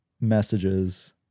messages